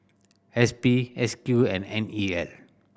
S P S Q and N E L